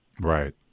Right